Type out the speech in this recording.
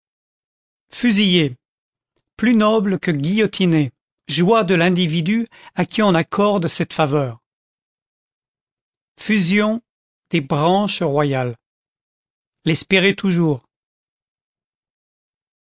fusiller plus noble que guillotiner joie de l'individu à qui on accorde cette faveur fusion des branches royales l'espérer toujours